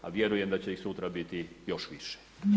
A vjerujem da će i sutra biti još više.